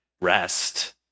rest